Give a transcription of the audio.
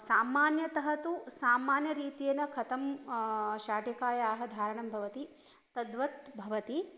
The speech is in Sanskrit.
सामान्यतः तु सामान्यरीत्येन कथं शाटिकायाः धारणं भवति तद्वत् भवति